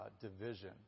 division